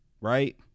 right